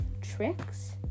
tricks